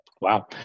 Wow